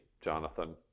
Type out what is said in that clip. Jonathan